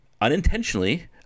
unintentionally